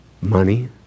money